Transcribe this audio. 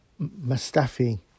Mustafi